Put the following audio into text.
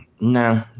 No